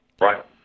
Right